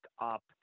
up